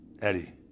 Eddie